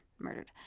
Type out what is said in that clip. murdered